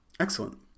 Excellent